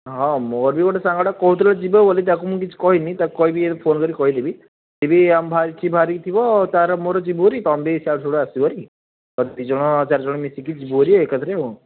ହଁ ମୋର ବି ଗୋଟେ ସାଙ୍ଗଟେ କହୁଥିଲା ଯିବ ବୋଲି ତାକୁ ମୁଁ କିଛି କହିନି ତାକୁ କହିବି ଏବେ ଫୋନ୍ କରି କହିବି ଦେବି ଯଦି ଆମେ ବାହାରି ସିଏ ବାହାରିକି ଥିବ ତାର ମୋର ଯିବୁ ଭେରି ତୁମେ ବି ସିୟାଡ଼ୁ ସିୟାଡ଼ୁ ଆସିବ ଭାରି ଦୁଇଜଣ ଚାରିଜଣ ମିଶିକି ଯିବୁ ହେରି ଏକାଥରେ ଆଉ